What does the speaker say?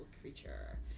creature